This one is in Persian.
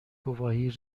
گواهی